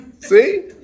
see